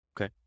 Okay